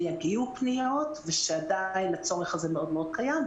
יגיעו פניות, ושעדיין הצורך הזה מאוד מאוד קיים.